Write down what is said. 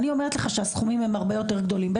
אני אומרת לך שהסכומים הם הרבה יותר גדולים ,